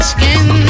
Skin